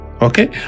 okay